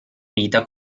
vita